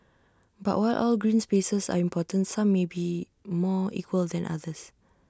but while all green spaces are important some may be more equal than others